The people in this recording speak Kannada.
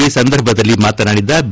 ಈ ಸಂದರ್ಭದಲ್ಲಿ ಮಾತನಾಡಿದ ಬಿ